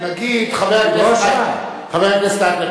חבר הכנסת אייכלר,